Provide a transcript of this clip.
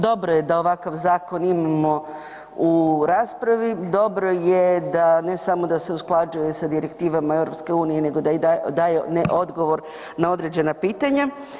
Dobro je da ovakav zakon imamo u raspravi, dobro je da ne samo da se usklađuje sa direktivama EU nego daje odgovore na određena pitanja.